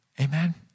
Amen